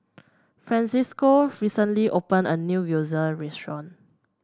Francesco recently opened a new Gyoza Restaurant